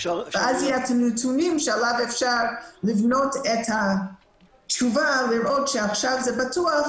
ואז יש נתונים שעליו אפשר לבנות את התשובה לראות שעכשיו זה בטוח,